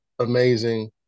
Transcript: amazing